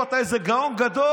לא נכון.